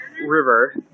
river